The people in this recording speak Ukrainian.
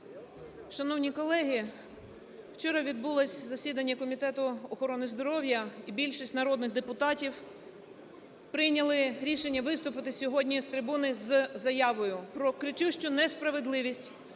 Шановні колеги! Вчора відбулося засідання Комітету охорони здоров'я, і більшість народних депутатів прийняли рішення виступити сьогодні з трибуни з заявою про кричущу несправедливість,